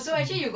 mmhmm